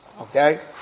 Okay